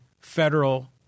federal